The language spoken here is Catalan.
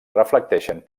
reflecteixen